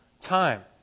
time